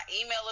email